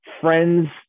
friends